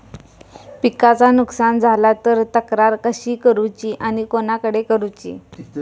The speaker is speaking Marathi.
पिकाचा नुकसान झाला तर तक्रार कशी करूची आणि कोणाकडे करुची?